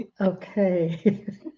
Okay